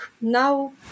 now